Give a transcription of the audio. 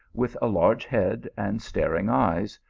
with a large head and staring eyes,